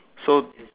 so